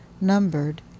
numbered